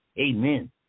Amen